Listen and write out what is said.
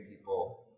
people